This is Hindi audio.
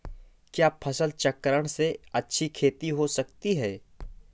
क्या फसल चक्रण से अच्छी खेती हो सकती है?